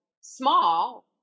small